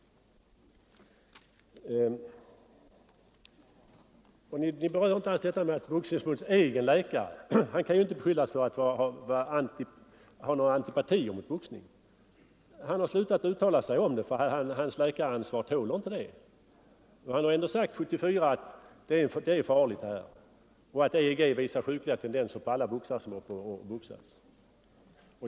Ni berör inte alls det förhållandet att Boxningsförbundets egen läkare - som ju inte kan beskyllas för att ha antipatier mot boxning — har slutat uttala sig om boxningens risker, eftersom hans läkaransvar inte tål det. Han har sagt år 1974 att boxning är farligt och att EEG visar sjukliga tendenser hos alla boxare.